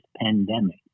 pandemic